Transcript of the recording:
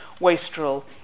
wastrel